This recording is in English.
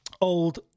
old